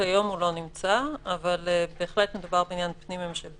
כיום הוא לא נמצא אבל בהחלט מדובר בעניין פנים-ממשלתי